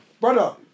brother